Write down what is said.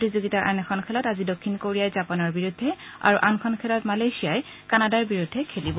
প্ৰতিযোগিতাৰ আন এখন খেলত আজি দক্ষিণ কোৰিয়াই জাপানৰ বিৰুদ্ধে আৰু আনখন খেলত মালয়েছিয়াই কানাডাৰ বিৰুদ্ধে খেলিব